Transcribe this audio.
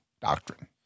doctrine